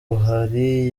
buhari